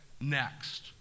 next